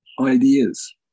ideas